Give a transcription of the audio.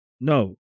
No